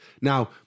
Now-